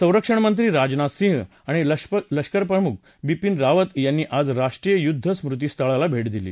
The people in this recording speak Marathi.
संरक्षण मंत्री राजनाथ सिंग आणि लष्कर प्रमुख बिपीन रावत यांनी आज राष्ट्रीय युद्ध स्मृती स्थळाला भट्टादिली